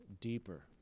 deeper